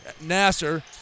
Nasser